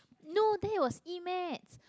no that was e-maths